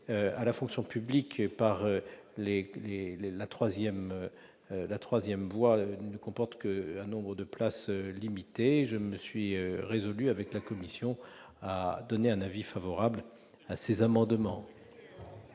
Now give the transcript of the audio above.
à la fonction publique par la troisième voie ne comporte qu'un nombre de places limitées, je me suis résolu, avec la commission, à émettre un avis favorable sur ces amendements.